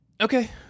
Okay